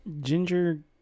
ginger